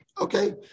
Okay